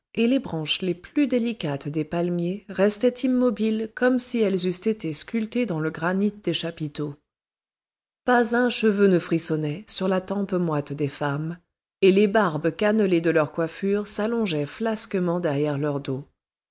et les branches les plus délicates des palmiers restaient immobiles comme si elles eussent été sculptées dans le granit des chapiteaux pas un cheveu ne frissonnait sur la tempe moite des femmes et les barbes cannelées de leurs coiffures s'allongeaient flasquement derrière leur dos